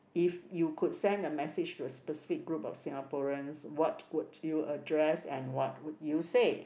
if you could send a message to a specific group of Singaporeans what would you address and what would you say